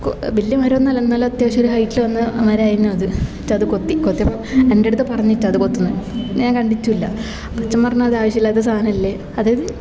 വലിയ മരോന്നും അല്ല എന്നാലും അത്യാവശ്യം ഒരു ഹൈറ്റില് വന്ന മരമായിരുന്നു അത് എന്നിട്ട് അത് കൊത്തി കൊത്തിയപ്പോൾ എൻ്റടുത്തു പറഞ്ഞിട്ടാണ് അത് കൊത്തുന്നേ ഞാൻ കണ്ടിട്ടുമില്ല അച്ഛൻ പറഞ്ഞ് അത് ആവശ്യം ഇല്ലാത്ത സാധനം അല്ലേ അത്